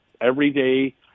everyday